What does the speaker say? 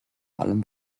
allem